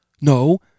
No